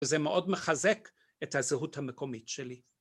וזה מאוד מחזק את הזהות המקומית שלי.